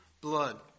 blood